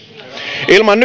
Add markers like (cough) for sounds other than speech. ilman (unintelligible)